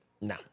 No